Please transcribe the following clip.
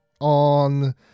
on